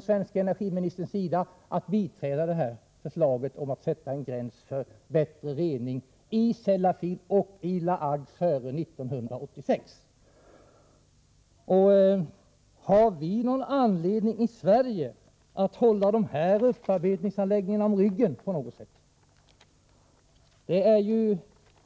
svenska energiministerns sida att biträda detta förslag om att sätta en gräns för bättre rening i Sellafield och La Hague före 1986. Har vi någon anledning att i Sverige hålla dessa upparbetningsanläggningar om ryggen på något sätt?